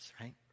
right